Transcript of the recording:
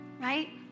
Right